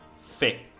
Faith